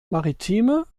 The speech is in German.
maritime